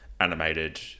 animated